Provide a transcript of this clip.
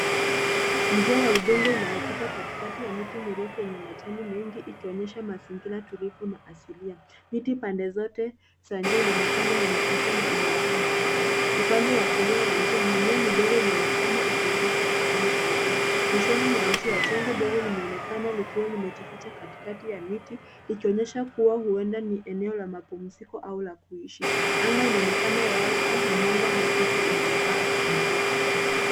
Njia ya udongo inayopita katikati ya miti mirefu yenye majani mengi ikionyesha mazingira tulivu na asilia. Miti pande zote za njia inaonekana yenye afya na imejaa majani. Upande wa kulia wa njia, mimea midogo imeonekana ikiongeza kijani kingine. Mwishoni mwa njia, jengo dogo limeonekana likiwa limejificha katikati ya miti, ikionyesha kuwa huenda ni eneo la mapumziko au la kuishi. Anga linaonekana wazi na mwanga hafifu unaangaza njia.